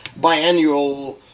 biannual